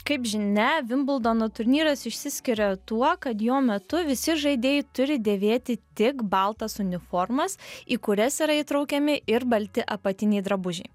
kaip žinia vimbldono turnyras išsiskiria tuo kad jo metu visi žaidėjai turi dėvėti tik baltas uniformas į kurias yra įtraukiami ir balti apatiniai drabužiai